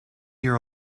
year